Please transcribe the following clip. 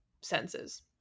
senses